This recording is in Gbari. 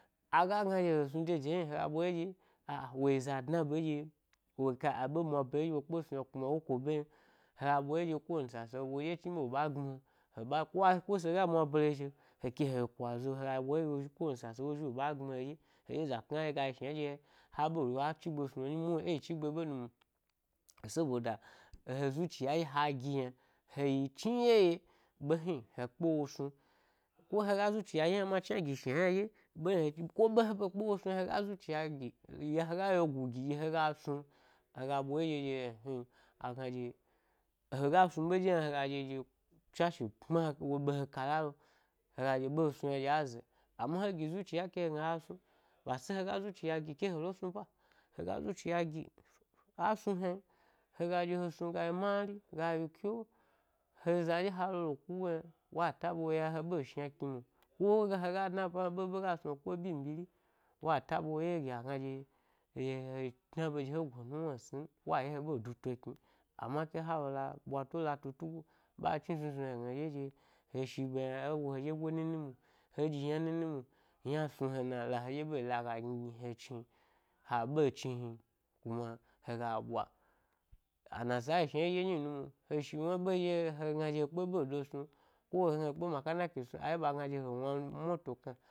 A ga gna ɗye he snu de de hni, hega ɓwa ye ɗye a-woyi za dna be eɗye-woga a ɓe mwa bare eɗye wo kpe snu yna, kuma wo ko’ ɓe yen hega ɓwa ye ɗye ko wani sasate, woɗye chnibe wo ɓa gbini he ko a, ko sega mwa bare zhi’o he kehe yi kwazo hega ɓwa yeɗye ko woni sa sale wo zhi wo ɓa gbmi he gni heɗge za knari ga yi shna ɗye a bedo a chigbe snu wo nyi muhni e yi chigbo ɓe nu mwo, saboda, e he zuciya ha gi yna heyi dmi yeye ɓe hni, he kpe wo snu ko haga zuciya ɗye hna ma ɗye gi shna ima ɗye ɓeyi ko ko ɓe he ɓe kpe wo snu m yna hega zuciya gi yna hega yegu gidye hega snu hega bwa ye ɗye ɗye agna dye-hega snu ɓ ɗye ɗye. Tswashe kpma wo ɓe he kala lo hega ɗye ɓ he snu yna ɗye aze, amma he gi zuciyam ke hegna ha snu, ba se hega zuciya gi ke helesnu ba, hega zuciya gi asnu hnan, hega ɗye he snug a yi mari-gayi kyo he za ɗye halo le kuwo yna, wa taɓa wo ye he ɓ shna kni mwo, ko hega hega dna ba hnalo, eɓe gas nu he byin byiri wa taɓa wo ye ɗye agna ɗye, ɗye he yi dna ɓe, ɗye he go nuwna he snim wa ye he ɓ du to knim, amma ke halo la ɓwato la tu tugo, ɓa a chni snu snu, yna hegna heɗye ɗye he shi ɓe yna ewo he ɗye goi nin, mwo he ɗyiyna nini mwo, yna snu he na? La heɗye ɓe yi laga gnigni he chni, ha ɓe chni hnin kama hega bwa. Anasa yi shua yi ɗye nyi nu mwo, he shi wna ɓ ɗye hegna ɗye ɗye he kpe ɓedo snu ko he gna he kpe makanaki snu, azhi ɓagna fye wna moto kna.